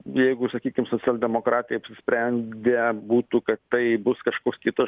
jeigu sakykim socialdemokratai apsisprendę būtų kad tai bus kažkoks kitas